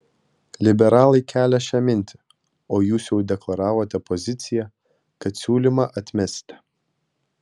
liberalai kelią šią mintį o jūs jau deklaravote poziciją kad siūlymą atmesite